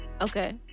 okay